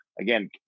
again